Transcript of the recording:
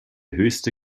höchste